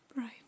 Right